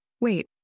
Wait